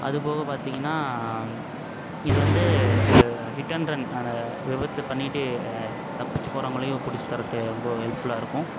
அது போக பார்த்தீங்கன்னா இது வந்து வு ஹிட் அண்ட் ரன் ஆன விபத்து பண்ணிவிட்டு தப்பிச்சு போகிறவுங்களையும் பிடிச்சி தரதுக்கு ரொம்ப ஹெல்ப்ஃபுல்லாகருக்கும்